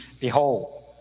Behold